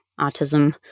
Autism